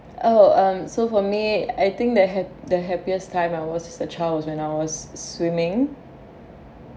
oh um so for me I think the the happiest time when I was a child was when I was swimming